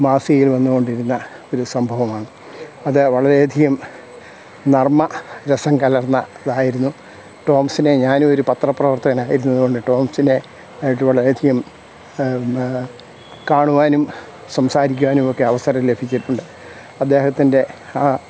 മാസികയിൽ വന്നുകൊണ്ടിരുന്ന ഒരു സംഭവമാണ് അത് വളരെയധികം നർമ്മ രസം കലർന്ന ഇതായിരുന്നു ടോംസിനെ ഞാനും ഒരു പത്രപ്രവർത്തകനായിരുന്നതുകൊണ്ട് ടോംസിനെ ആയിട്ട് വളരെയധികം കാണുവാനും സംസാരിക്കാനുവൊക്കെ അവസരം ലഭിച്ചിട്ടുണ്ട് അദ്ദേഹത്തിൻ്റെ ആ